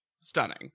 stunning